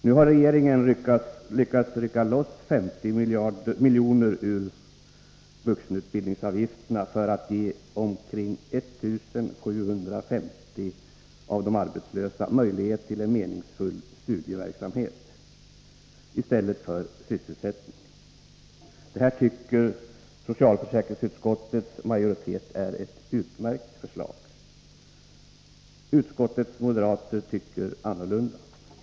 Nu har regeringen lyckats rycka loss 50 milj.kr. ur vuxenutbildningsavgifterna för att ge omkring 1 750 av de arbetslösa möjlighet till en meningsfull studieverksamhet i stället för sysselsättning. Detta tycker socialförsäkringsutskottets majoritet är ett utmärkt förslag. Utskottets moderater tycker annorlunda.